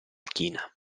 china